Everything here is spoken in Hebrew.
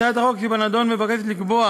הצעת החוק שבנדון מבקשת לקבוע